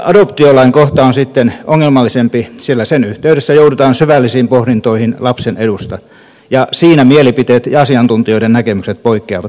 adoptiolain kohta on sitten ongelmallisempi sillä sen yhteydessä joudutaan syvällisiin pohdintoihin lapsen edusta ja siinä mielipiteet ja asiantuntijoiden näkemykset poikkeavat toisistaan